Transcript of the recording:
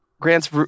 Grant's